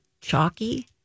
chalky